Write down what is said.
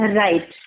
right